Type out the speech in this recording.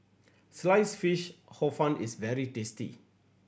Sliced Fish Hor Fun is very tasty